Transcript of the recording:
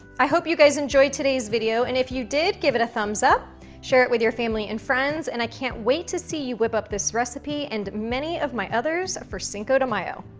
i hope you guys enjoyed today's video and if you did, give it a thumbs up, share it with your family and friends and i can't wait to see you whip up this recipe and many of my others for cinco de mayo.